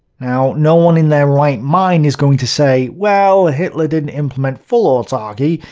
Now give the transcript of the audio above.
now, no one in their right mind is going to say well, hitler didn't implement full-autarky,